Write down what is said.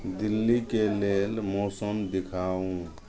दिल्लीके लेल मौसम देखाउ